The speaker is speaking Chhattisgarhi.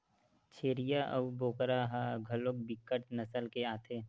छेरीय अऊ बोकरा ह घलोक बिकट नसल के आथे